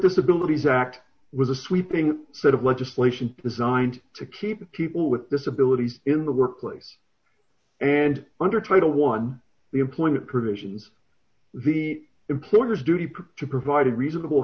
disabilities act was a sweeping set of legislation designed to keep people with disabilities in the workplace and under title one the employment provisions the employer's duty to provide reasonable